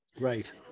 Right